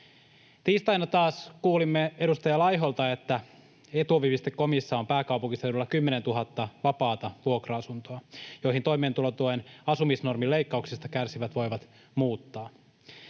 Tiistaina taas kuulimme edustaja Laiholta, että Etuovi.comissa on pääkaupunkiseudulla 10 000 vapaata vuokra-asuntoa, joihin toimeentulotuen asumisnormin leikkauksista kärsivät voivat muuttaa.